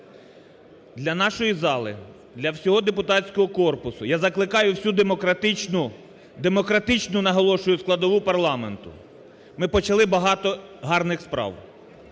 для нашої зали, для всього депутатського корпусу, я закликаю всю демократичну – демократичну, наголошую! – складову парламенту, ми почали багато гарних справ,